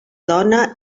dona